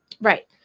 Right